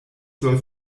soll